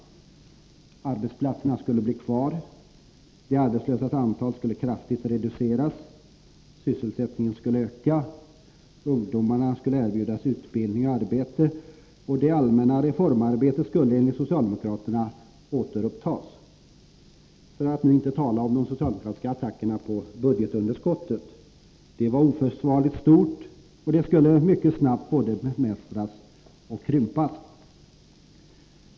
Arbetsplatserna skulle bli kvar. De arbetslösas antal skulle kraftigt reduceras. Sysselsättningen skulle öka. Ungdomarna skulle erbjudas utbildning och arbete, och det allmänna reformarbetet skulle enligt socialdemokraterna ”återupptas”, för att nu inte tala om de socialdemokratiska attackerna på budgetunderskottet. Det var oförsvarligt stort, och det skulle mycket snabbt både bemästras och krympas.